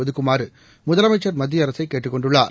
ஒதுக்குமாறுமுதலமைச்சர் மத்தியஅரசைகேட்டுக் கொண்டுள்ளார்